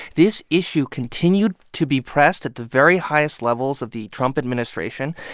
this issue continued to be pressed at the very highest levels of the trump administration.